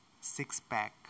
six-pack